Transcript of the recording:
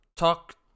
Talk